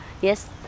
Yes